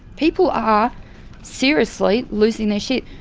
people are seriously losing their shit.